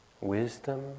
wisdom